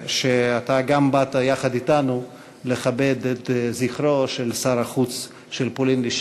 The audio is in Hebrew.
על כך שבאת לכבד יחד אתנו את זכרו של שר החוץ של פולין לשעבר.